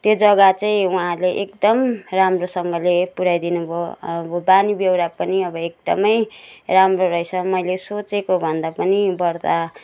त्यो जग्गा चाहिँ उहाँले एकदम राम्रोसँगले पुऱ्याइदिनु भयो अब बानीबेहोरा पनि अब एकदमै राम्रो रहेछ मैले सोचेको भन्दा पनि बढ्ता